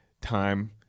time